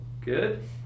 Good